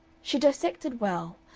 she dissected well,